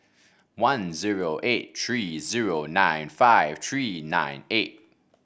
one zero eight three zero nine five three nine eight